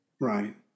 Right